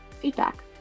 feedback